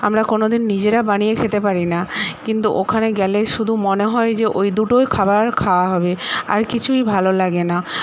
আমরা কোনো দিন নিজেরা বানিয়ে খেতে পারি না কিন্তু ওখানে গেলে শুধু মনে হয় যে ওই দুটোই খাবার খাওয়া হবে আর কিছুই ভালো লাগে না